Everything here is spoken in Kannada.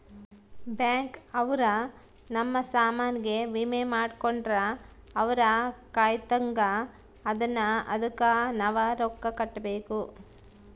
ಬ್ಯಾಂಕ್ ಅವ್ರ ನಮ್ ಸಾಮನ್ ಗೆ ವಿಮೆ ಮಾಡ್ಕೊಂಡ್ರ ಅವ್ರ ಕಾಯ್ತ್ದಂಗ ಅದುನ್ನ ಅದುಕ್ ನವ ರೊಕ್ಕ ಕಟ್ಬೇಕು